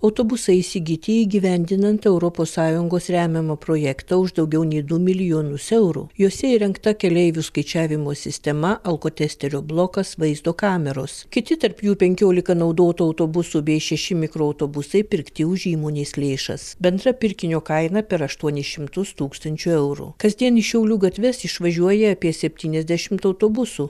autobusai įsigyti įgyvendinant europos sąjungos remiamą projektą už daugiau nei du milijonus eurų juose įrengta keleivių skaičiavimo sistema alkotesterio blokas vaizdo kameros kiti tarp jų penkiolika naudotų autobusų bei šeši mikroautobusai pirkti už įmonės lėšas bendra pirkinio kaina per aštuonis šimtus tūkstančių eurų kasdien į šiaulių gatves išvažiuoja apie septyniasdešimt autobusų